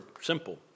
simple